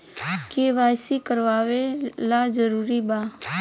KYC करवावल जरूरी बा?